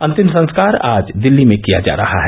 अंतिम संस्कार आज दिल्ली में किया जा रहा है